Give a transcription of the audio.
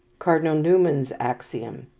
cardinal newman's axiom,